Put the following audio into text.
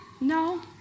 No